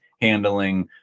handling